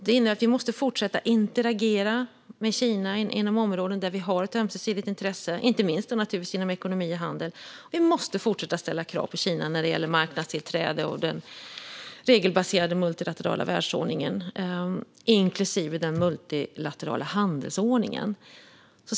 Vi måste fortsätta att interagera med Kina inom områden där vi har ett ömsesidigt intresse, inte minst då naturligtvis inom ekonomi och handel. Vi måste fortsätta att ställa krav på Kina när det gäller marknadstillträde och den regelbaserade multilaterala världsordningen, inklusive den multilaterala handelsordningen.